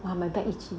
ah my back itchy